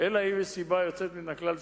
אלא אם כן יש סיבה יוצאת מן הכלל שלא,